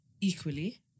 equally